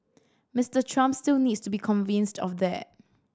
Mister Trump still needs to be convinced of that